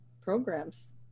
programs